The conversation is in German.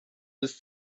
bis